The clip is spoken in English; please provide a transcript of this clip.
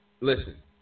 Listen